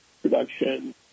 production